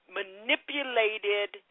manipulated